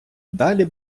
далі